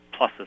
pluses